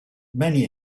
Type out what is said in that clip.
many